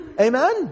Amen